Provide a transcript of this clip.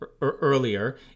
earlier